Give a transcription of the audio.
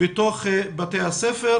בתוך בתי הספר,